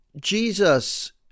Jesus